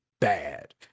bad